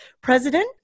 president